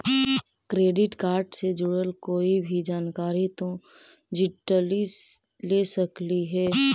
credit card से जुड़ल कोई भी जानकारी तु डिजिटली ले सकलहिं हे